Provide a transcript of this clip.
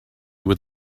with